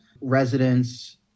residents